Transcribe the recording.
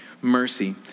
mercy